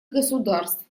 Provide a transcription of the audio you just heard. государств